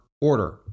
order